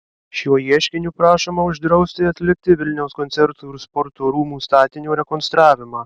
šiuo ieškiniu prašoma uždrausti atlikti vilniaus koncertų ir sporto rūmų statinio rekonstravimą